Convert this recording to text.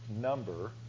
number